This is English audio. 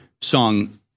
song